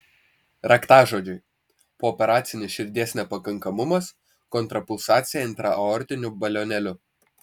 raktažodžiai pooperacinis širdies nepakankamumas kontrapulsacija intraaortiniu balionėliu